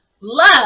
Love